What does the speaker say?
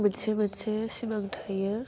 मोनसे मोनसे सिमां थायो